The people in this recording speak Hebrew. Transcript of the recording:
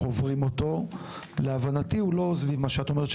עוברים אותו הוא לא סביב מה שאת אומרת,